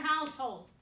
household